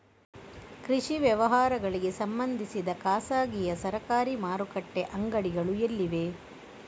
ಕೃಷಿ ವ್ಯವಹಾರಗಳಿಗೆ ಸಂಬಂಧಿಸಿದ ಖಾಸಗಿಯಾ ಸರಕಾರಿ ಮಾರುಕಟ್ಟೆ ಅಂಗಡಿಗಳು ಎಲ್ಲಿವೆ?